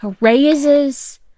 raises